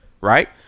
Right